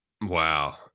Wow